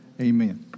amen